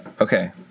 Okay